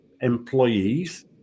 employees